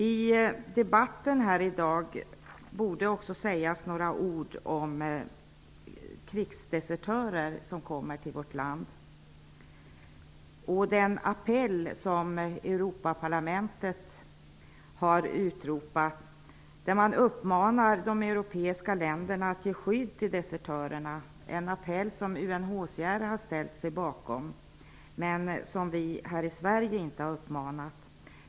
I dagens debatt borde också sägas några ord om krigsdesertörer som kommer till vårt land. Europaparlamentet har gått ut med en appell där de europeiska länderna uppmanas att ge skydd till desertörerna. Det är en appell som UNHCR har ställt sig bakom. Men vi i Sverige har inte hörsammat denna uppmaning.